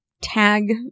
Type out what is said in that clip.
tag